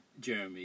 Jeremy